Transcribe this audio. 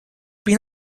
been